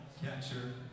catcher